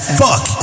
fuck